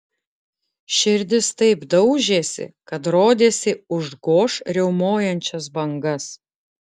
širdis taip daužėsi kad rodėsi užgoš riaumojančias bangas